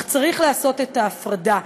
אך צריך לעשות את ההפרדה.